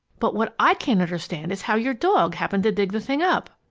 but what i can't understand is how your dog happened to dig the thing up.